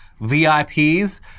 VIPs